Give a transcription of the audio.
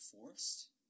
forced